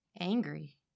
Angry